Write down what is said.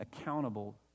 accountable